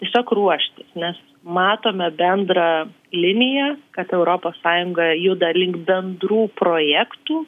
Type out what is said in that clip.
tiesiog ruoštis nes matome bendrą liniją kad europos sąjunga juda link bendrų projektų